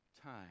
time